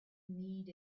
need